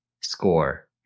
score